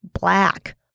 black